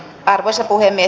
arvoisa puhemies